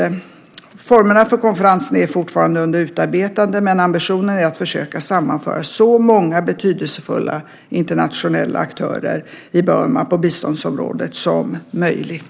Formerna för konferensen är fortfarande under utarbetande, men ambitionen är att försöka sammanföra så många betydelsefulla internationella aktörer som möjligt i Burma på biståndsområdet.